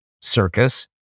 circus